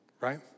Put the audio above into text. right